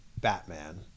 Batman